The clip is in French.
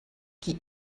qui